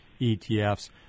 ETFs